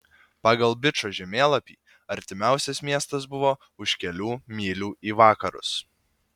pagal bičo žemėlapį artimiausias miestas buvo už kelių mylių į vakarus